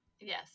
Yes